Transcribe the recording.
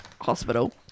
hospital